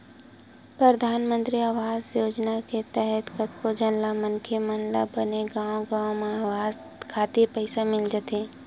परधानमंतरी आवास योजना के तहत कतको झन मनखे मन ल बने गांव गांव म अवास खातिर पइसा मिल जाथे